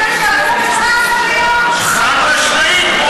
יש כאלה שעברו, חד-משמעית.